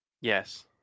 Yes